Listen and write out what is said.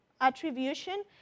attribution